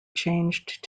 changed